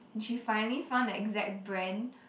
and she finally found the exact brand